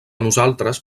nosaltres